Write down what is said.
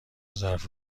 ظرف